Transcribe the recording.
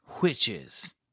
Witches